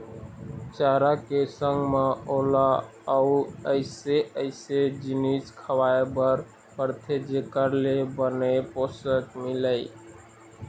चारा के संग म ओला अउ अइसे अइसे जिनिस खवाए बर परथे जेखर ले बने पोषन मिलय